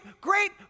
great